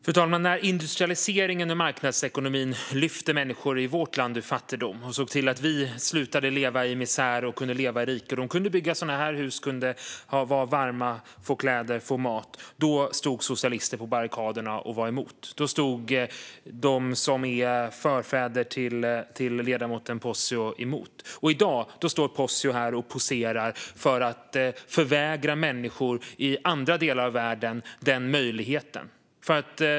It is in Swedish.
Fru talman! När industrialiseringen och marknadsekonomin lyfte människor i vårt land ur fattigdom, så att vi slutade leva i misär och i stället levde i rikedom, kunde bygga hus, klä oss och få mat, då stod socialisterna på barrikaderna och var emot. Då stod de som är förfäder till ledamoten Posio och var emot. I dag står Posio här och poserar för att förvägra människor i andra delar av världen den möjligheten.